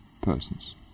persons